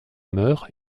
meurt